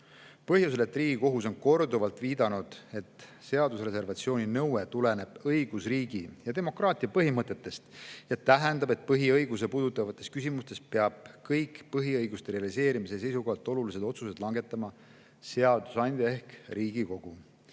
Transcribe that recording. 71põhjusel, et Riigikohus on korduvalt viidanud, et seaduse reservatsiooni nõue tuleneb õigusriigi ja demokraatia põhimõtetest ja tähendab, et põhiõigusi puudutavates küsimustes peab kõik põhiõiguste realiseerimise seisukohalt olulised otsused langetama seadusandja ehk Riigikogu.